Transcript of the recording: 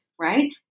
right